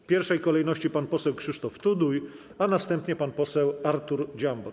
W pierwszej kolejności pan poseł Krzysztof Tuduj, a następnie pan poseł Artur Dziambor.